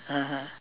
(uh huh)